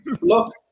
look